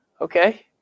Okay